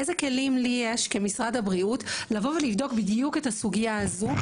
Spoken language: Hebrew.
איזה כלים לי יש כמשרד הבריאות לבדוק בדיוק את הסוגיה הזו?